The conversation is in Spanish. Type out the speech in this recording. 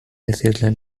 decirle